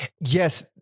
yes